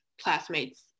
classmates